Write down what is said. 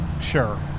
Sure